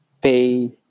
pay